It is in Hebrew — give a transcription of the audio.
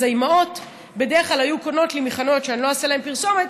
האימהות בדרך כלל היו קונות לי מחנויות שאני לא אעשה להן פרסומת,